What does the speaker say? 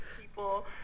people